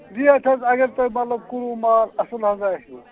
rate حظ اگر تۄہہِ مطلب کُنوٕ مال اَصٕل ہَسا آسہِ یِوان